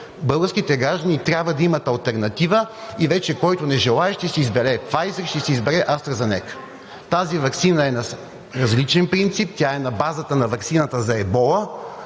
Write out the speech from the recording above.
Българските граждани трябва да имат алтернатива и вече който не желае, ще си избере „Пфайзер“, ще си избере „АстраЗенека“. Тази ваксина е на различен принцип. Тя е на базата на ваксината за Ебола,